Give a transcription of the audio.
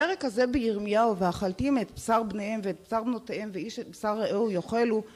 בפרק הזה בירמיהו והאכלתים את בשר בניהם ואת בשר בנתיהם ואיש בשר רעהו יאכלו